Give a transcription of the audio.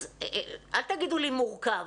אז אל תגידו לי מורכב,